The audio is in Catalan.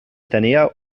tenia